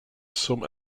some